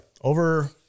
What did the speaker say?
Over